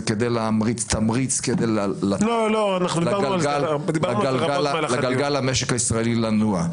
זה כדי להמריץ תמריץ לגלגל המשק הישראלי לנוע.